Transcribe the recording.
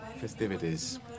festivities